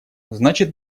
значит